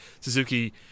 Suzuki